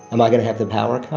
am i going to have the power cut?